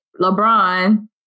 LeBron